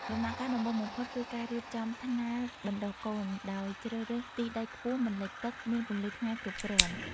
ដំណាក់កាលដំបូងបំផុតគឺការរៀបចំថ្នាលបណ្តុះកូន ដោយជ្រើសរើសទីដីខ្ពស់មិនលិចទឹក មានពន្លឺថ្ងៃគ្រប់គ្រាន់។